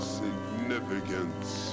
significance